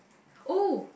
oh